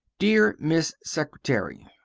deer miss secretary,